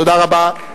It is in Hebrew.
תודה רבה.